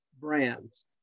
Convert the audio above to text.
brands